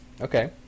Okay